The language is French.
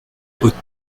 haute